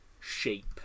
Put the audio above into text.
Shape